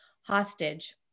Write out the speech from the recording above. hostage